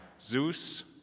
Zeus